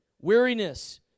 weariness